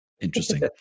interesting